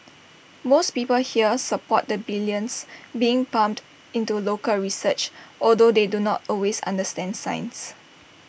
most people here support the billions being pumped into local research although they do not always understand science